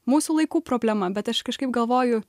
mūsų laikų problema bet aš kažkaip galvoju